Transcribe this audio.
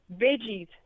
veggies